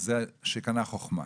זה שקנה חוכמה.